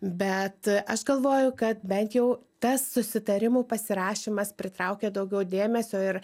bet aš galvoju kad bent jau tas susitarimų pasirašymas pritraukia daugiau dėmesio ir